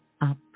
up